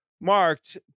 marked